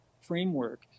framework